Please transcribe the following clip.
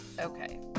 Okay